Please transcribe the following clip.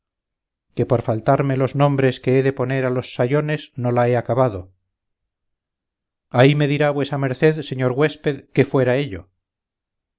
que por faltarme los nombres que he de poner a los sayones no la he acabado ahí me dirá vuesa merced señor güésped qué fuera ello